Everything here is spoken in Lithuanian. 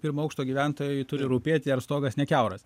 pirmo aukšto gyventojui turi rūpėti ar stogas nekiauras